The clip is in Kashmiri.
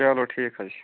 چلو ٹھیٖک حظ چھُ